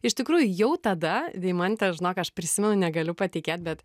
iš tikrųjų jau tada deimantė žinok aš prisimenu negaliu patikėt bet